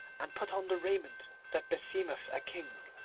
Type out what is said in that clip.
and put on the raiment that beseemeth a king,